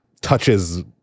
touches